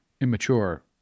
immature